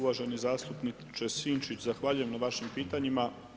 Uvaženi zastupniče Sinčić, zahvaljujem na vašim pitanjima.